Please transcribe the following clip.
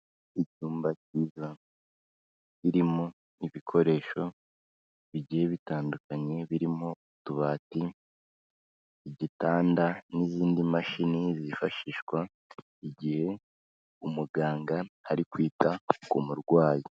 Icyumba kiza birimo ibikoresho bigiye bitandukanye birimo utubati, igitanda n'izindi mashini zifashishwa igihe umuganga ari kwita ku murwayi.